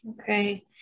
Okay